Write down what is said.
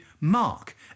Mark